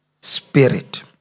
spirit